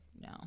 No